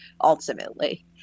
ultimately